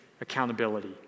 accountability